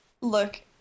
Look